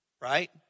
right